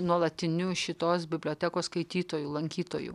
nuolatiniu šitos bibliotekos skaitytoju lankytoju